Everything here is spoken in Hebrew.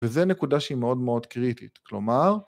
‫וזה נקודה שהיא מאוד מאוד קריטית. ‫כלומר...